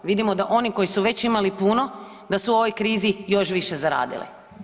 Vidimo da oni koji su već imali puno da su u ovoj krizi još više zaradili.